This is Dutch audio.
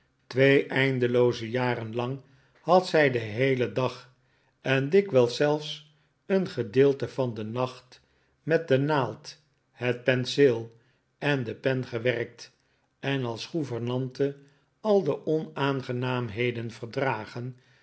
twee eindelooze jaren lang had zij den heelen dag en dikwijls zelfs een gedeelte van den nacht met de naald het penseel en de pen gewerkt en als gouvernante al de onaangenaamheden verdragen